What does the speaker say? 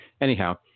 Anyhow